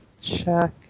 check